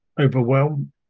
Overwhelm